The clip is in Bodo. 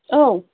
औ